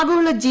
ആഗോള ജി